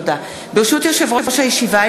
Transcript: ברשות יושב-ראש הישיבה,